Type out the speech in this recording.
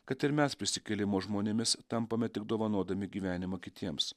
kad ir mes prisikėlimo žmonėmis tampame tik dovanodami gyvenimą kitiems